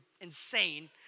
insane